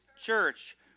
Church